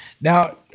Now